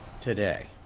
today